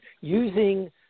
Using